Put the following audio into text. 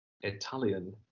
italian